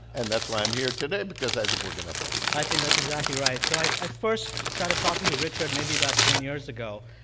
and that's why i'm here today because i think we're going to have fun i think that's exactly right. so i i first started talking to richard maybe about ten years ago.